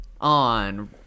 on